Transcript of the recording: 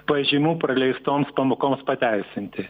pažymų praleistoms pamokoms pateisinti